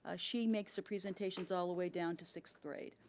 ah she makes the presentations all the way down to sixth grade.